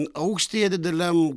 aukštyje dideliam